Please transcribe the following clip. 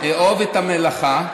"אהוב את המלאכה,